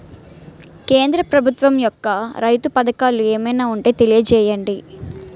కేంద్ర ప్రభుత్వం యెక్క రైతు పథకాలు ఏమైనా ఉంటే తెలియజేయండి?